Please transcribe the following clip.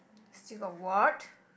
still got what